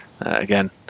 again